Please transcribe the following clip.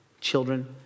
children